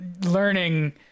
learning